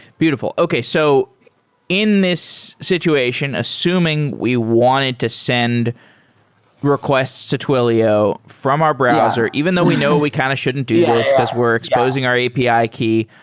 beautiful. okay. so in this situation, assuming we wanted to send requests to twilio from our browser even though we know we kind of shouldn't do this, because we're exposing our api key.